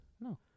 No